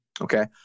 Okay